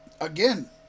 again